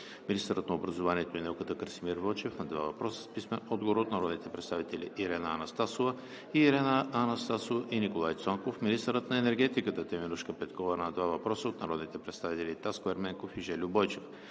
министърът на образованието и науката Красимир Вълчев – на два въпроса с писмен отговор от народните представители Ирена Анастасова; и Ирена Анастасова и Николай Цонков; – министърът на енергетиката Теменужка Петкова – на два въпроса от народните представители Таско Ерменков, и Жельо Бойчев;